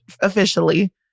officially